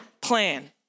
plan